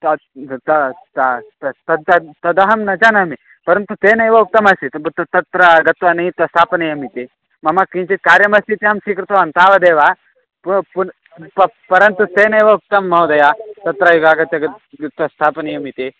त तदहं न जानामि परन्तु तेनैव उक्तम् आसीत् तत्र गत्वा नीत्वा स्थापनीतम् इति मम किञ्चित् कार्यम् अस्ति इति अहं स्वीकृतवान् तावदेव पो पुन् प परन्तु तनैव उक्तं महोदया तत्रैव आगत्य गत् गत् त स्थापनीयम् इति